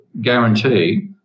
guarantee